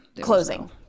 Closing